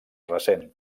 recent